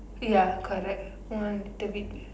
ya correct one little bit